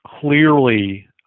clearly